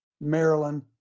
Maryland